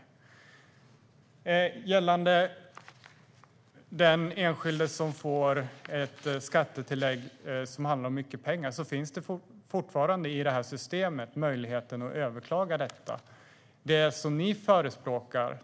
Vad gäller den enskilde som får ett skattetillägg där det rör sig om mycket pengar finns i det här systemet fortfarande möjlighet att överklaga beslutet.